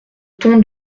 ton